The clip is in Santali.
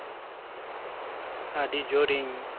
ᱟᱹᱰᱤ ᱡᱳᱨᱤᱧ